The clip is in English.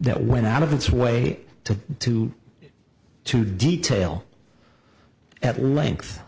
that went out of its way to to to detail at length